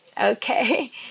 Okay